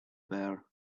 bear